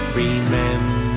remember